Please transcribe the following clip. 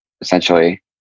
essentially